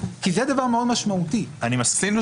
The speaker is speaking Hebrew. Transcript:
כי זה דבר מאוד משמעותי אני מסכים.